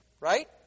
right